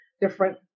different